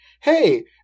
hey